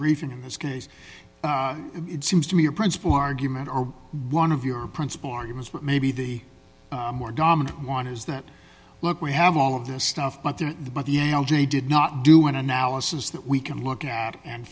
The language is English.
brief in this case it seems to me your principal argument or one of your principal arguments but maybe the more dominant one is that look we have all of this stuff out there but the algae did not do an analysis that we can look at and